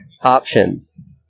Options